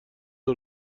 آخر